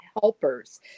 helpers